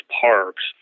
parks